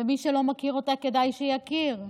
ומי שלא מכיר אותה כדאי שיכיר,